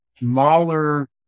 Mahler-